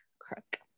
crook